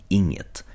inget